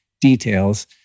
details